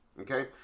okay